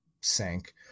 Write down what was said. sank